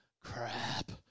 Crap